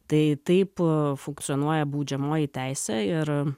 tai taip funkcionuoja baudžiamoji teisė ir